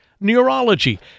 Neurology